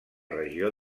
regió